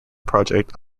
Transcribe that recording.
project